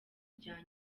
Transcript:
rya